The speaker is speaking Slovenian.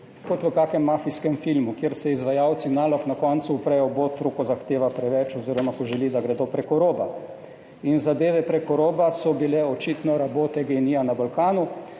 Kot v kakšnem mafijskem filmu, kjer se izvajalci nalog na koncu uprejo botru, ko zahteva preveč oziroma ko želi, da gredo prek roba. In zadeve prek roba so bile očitno rabote GEN-I na Balkanu